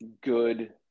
good